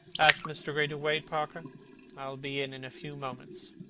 ask mr. gray to wait, parker i shall be in in a few moments.